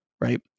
right